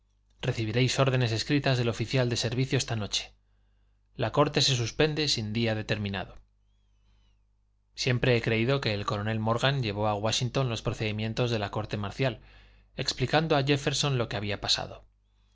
recibiréis órdenes escritas del oficial de servicio esta noche la corte se suspende sin día determinado siempre he creído que el coronel morgan llevó a wáshington los procedimientos de la corte marcial explicando a jéfferson lo que había pasado